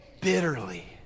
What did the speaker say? bitterly